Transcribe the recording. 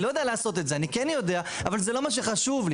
אני לא יודע לעשות את זה, וזה לא מה שחשוב לי.